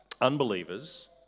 Unbelievers